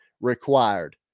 required